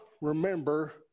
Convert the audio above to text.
remember